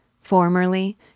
Formerly